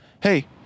Hey